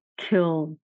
killed